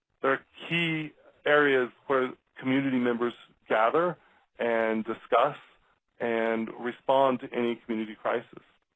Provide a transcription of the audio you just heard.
key areas where community members gather and discuss and respond to any community crisis.